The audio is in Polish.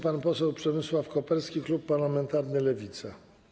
Pan poseł Przemysław Koperski, klub parlamentarny Lewica.